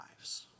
lives